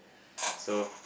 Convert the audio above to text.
so